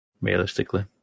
realistically